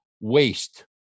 waste